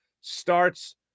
starts